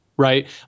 Right